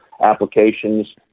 applications